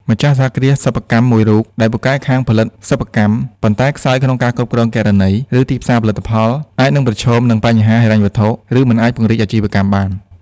ម្ចាស់សហគ្រាសសិប្បកម្មមួយរូបដែលពូកែខាងផលិតសិប្បកម្ម ប៉ុន្តែខ្សោយក្នុងការគ្រប់គ្រងគណនី ឬទីផ្សារផលិតផល អាចនឹងប្រឈមនឹងបញ្ហាហិរញ្ញវត្ថុ ឬមិនអាចពង្រីកអាជីវកម្មបាន។